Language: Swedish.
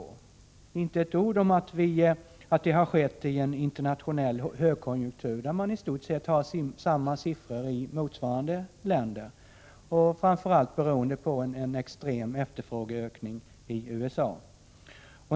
Man säger inte ett ord om att vi har haft en internationell högkonjunktur och att man redovisar i stort sett samma siffror i motsvarande länder, framför allt beroende på en extrem efterfrågeökning i USA.